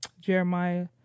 Jeremiah